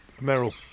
Merrill